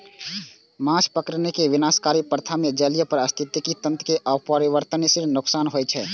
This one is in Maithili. माछ पकड़ै के विनाशकारी प्रथा मे जलीय पारिस्थितिकी तंत्र कें अपरिवर्तनीय नुकसान होइ छै